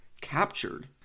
captured